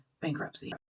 bankruptcy